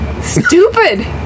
stupid